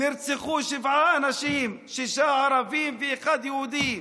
נרצחו שבעה אנשים, שישה ערבים ויהודי אחד,